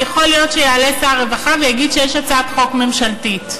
יכול להיות שיעלה שר הרווחה ויגיד שיש הצעת חוק ממשלתית.